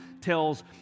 tells